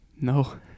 No